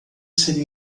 seria